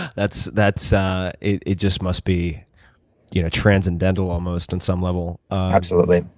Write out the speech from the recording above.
ah that's that's it it just must be you know transcendental almost, on some level. absolutely.